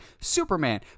Superman